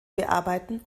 bearbeiten